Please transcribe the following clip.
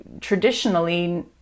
traditionally